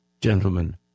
Gentlemen